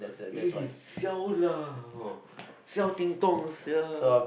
eh siao lah siao ding dong sia